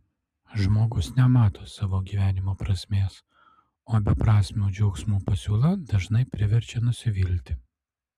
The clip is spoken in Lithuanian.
žmogus nemato savo gyvenimo prasmės o beprasmių džiaugsmų pasiūla dažnai priverčia nusivilti